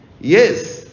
Yes